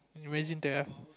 imagine to have